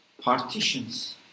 Partitions